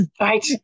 Right